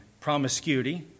promiscuity